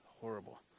Horrible